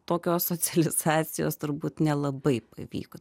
tokios socializacijos turbūt nelabai pavyko